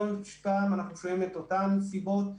כל פעם אנחנו שומעים את אותן סיבות,